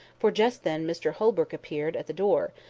for just then mr holbrook appeared at the door,